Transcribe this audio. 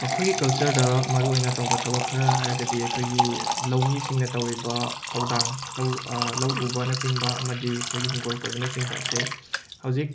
ꯑꯩꯈꯣꯏꯒꯤ ꯀꯜꯆꯔꯗ ꯃꯔꯨꯑꯣꯏꯅ ꯇꯧꯕ ꯊꯕꯛ ꯈꯔ ꯍꯥꯏꯔꯒꯗꯤ ꯑꯩꯈꯣꯏꯒꯤ ꯂꯧꯃꯤꯁꯤꯡꯅ ꯇꯧꯔꯤꯕ ꯊꯧꯗꯥꯡ ꯂꯧ ꯂꯧ ꯎꯕꯅꯆꯤꯡꯕ ꯑꯃꯗꯤ ꯑꯩꯈꯣꯏꯒꯤ ꯍꯤꯡꯒꯣꯜ ꯀꯣꯏꯕꯅꯆꯤꯡꯕ ꯑꯁꯤ ꯍꯧꯖꯤꯛ